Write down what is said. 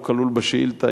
לא כלול בשאילתא.